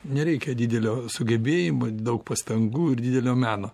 nereikia didelio sugebėjimo daug pastangų ir didelio meno